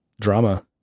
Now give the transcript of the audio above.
Drama